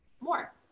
more